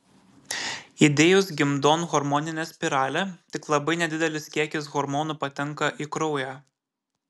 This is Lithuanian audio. įdėjus gimdon hormoninę spiralę tik labai nedidelis kiekis hormonų patenka į kraują